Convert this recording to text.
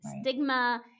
stigma